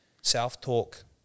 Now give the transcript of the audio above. self-talk